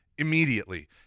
immediately